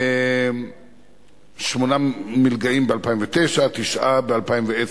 שמונה מלגאים ב-2009 ותשעה ב-2010.